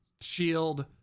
shield